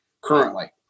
currently